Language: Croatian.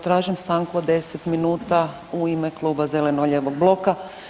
Tražim stanku od deset minuta u ime Kluba zeleno-lijevog bloka.